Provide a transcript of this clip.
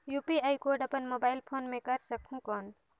UPI code अपन mobile phone मे कर सकहुं कौन?